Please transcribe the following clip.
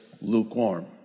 lukewarm